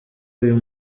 uyu